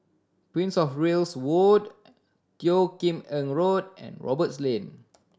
Prince Of Wales Wood Teo Kim Eng Road and Roberts Lane